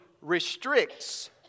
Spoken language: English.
restricts